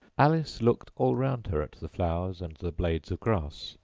alice looked all round her at the flowers and the blades of grass,